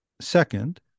Second